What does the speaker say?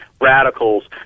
radicals